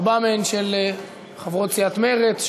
ארבע מהן של חברות סיעת מרצ,